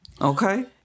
okay